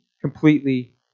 completely